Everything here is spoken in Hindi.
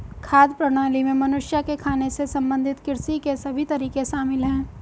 खाद्य प्रणाली में मनुष्य के खाने से संबंधित कृषि के सभी तरीके शामिल है